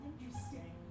Interesting